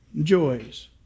joys